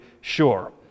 sure